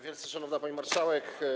Wielce Szanowna Pani Marszałek!